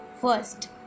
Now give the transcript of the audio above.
first